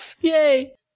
Yay